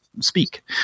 speak